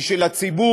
היא של הציבור,